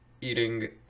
eating